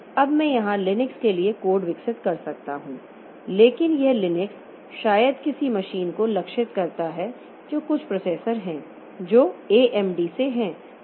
अब मैं यहां लिनक्स के लिए कोड विकसित कर सकता हूं लेकिन यह लिनक्स शायद किसी मशीन को लक्षित करता है जो कुछ प्रोसेसर है जो एएमडी से है